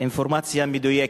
האינפורמציה מדויקת.